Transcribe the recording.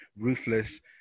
ruthless